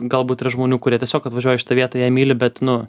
galbūt yra žmonių kurie tiesiog atvažiuoja į šitą vietą ją myli bet nu